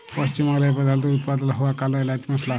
পশ্চিম বাংলায় প্রধালত উৎপাদল হ্য়ওয়া কাল এলাচ মসলা